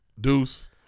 Deuce